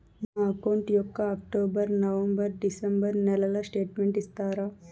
నా అకౌంట్ యొక్క October, November, December నెలల స్టేట్మెంట్ ఇస్తారా?